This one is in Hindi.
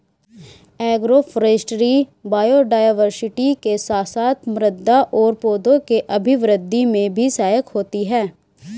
एग्रोफोरेस्ट्री बायोडायवर्सिटी के साथ साथ मृदा और पौधों के अभिवृद्धि में भी सहायक होती है